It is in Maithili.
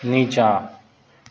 नीचाँ